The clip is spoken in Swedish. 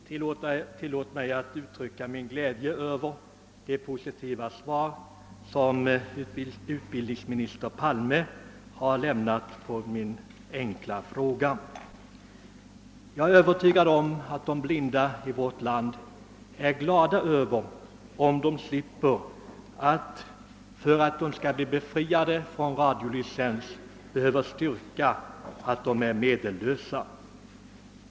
Herr talman! Tillåt mig att uttrycka min glädje över det positiva svar som utbildningsminister Palme har lämnat på min enkla fråga. Jag är övertygad om att de blinda i vårt land är glada, om de slipper att för att bli befriade från ljudradiolicens behöva styrka att de är medellösa.